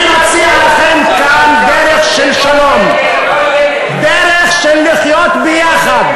אני מציע לכם כאן דרך של שלום, דרך של לחיות ביחד,